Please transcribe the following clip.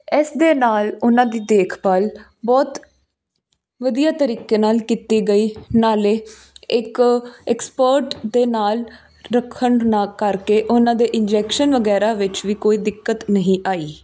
ਇਸ ਦੇ ਨਾਲ ਉਹਨਾਂ ਦੀ ਦੇਖਭਾਲ ਬਹੁਤ ਵਧੀਆ ਤਰੀਕੇ ਨਾਲ ਕੀਤੀ ਗਈ ਨਾਲੇ ਇੱਕ ਐਕਸਪਰਟ ਦੇ ਨਾਲ ਰੱਖਣ ਨਾ ਕਰਕੇ ਉਹਨਾਂ ਦੇ ਇੰਜੈਕਸ਼ਨ ਵਗੈਰਾ ਵਿੱਚ ਵੀ ਕੋਈ ਦਿੱਕਤ ਨਹੀਂ ਆਈ